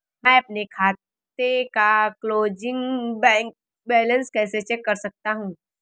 मैं अपने खाते का क्लोजिंग बैंक बैलेंस कैसे चेक कर सकता हूँ?